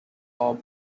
all